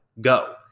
Go